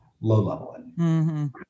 low-level